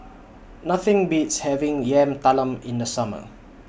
Nothing Beats having Yam Talam in The Summer